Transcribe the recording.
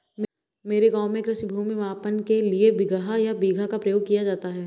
मेरे गांव में कृषि भूमि मापन के लिए बिगहा या बीघा का प्रयोग किया जाता है